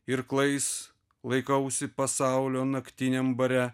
irklais laikausi pasaulio naktiniam bare